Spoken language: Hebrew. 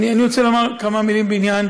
אני רוצה לומר כמה מילים בעניין